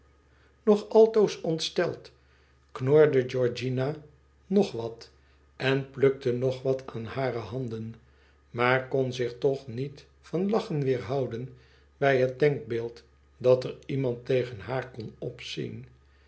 nog altoos ontsteld knorde georgiana nog wat en plukte nog wat aan hare handen maar kon zich toch niet van lachen weerhouden bij het denkbeeld dat er iemand tegen haar kon opzien